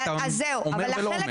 זה חלק מרכזי וחשוב בדמוקרטיה,